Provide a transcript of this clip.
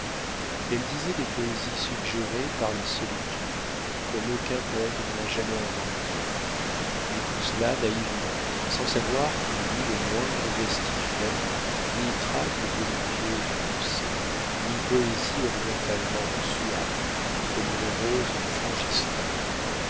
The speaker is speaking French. elle disait des poésies suggérées par la solitude comme aucun poète n'en a jamais inventé mais tout cela naïvement sans savoir qu'il y eût le moindre vestige d'amour ni trace de voluptueuse pensée ni poésie orientalement suave comme une rose du